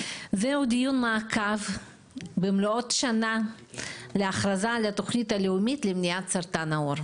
זהו דיון מעקב במלוא שנה להכרזה על התוכנית הלאומית למניעת סרטן העור,